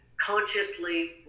consciously